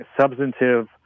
substantive